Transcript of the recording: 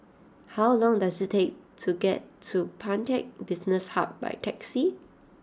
how long does it take to get to Pantech Business Hub by taxi